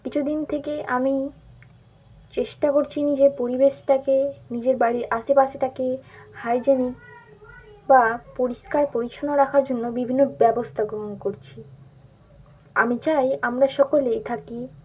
কিছুদিন থেকে আমি চেষ্টা করছি নিজের পরিবেশটাকে নিজের বাড়ির আশেপাশেটাকে হাইজেনিক বা পরিষ্কার পরিচ্ছন্ন রাখার জন্য বিভিন্ন ব্যবস্থা গ্রহণ করছি আমি চাই আমরা সকলেই থাকি